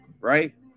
right